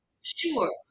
Sure